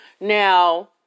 Now